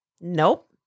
Nope